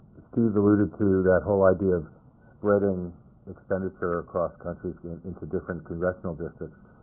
steve alluded to that whole idea of spreading expenditure across countries into different congressional districts.